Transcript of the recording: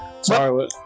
Sorry